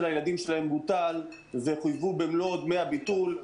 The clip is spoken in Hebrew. הילדים שלהם בוטל וחויבו במלוא דמי הביטול,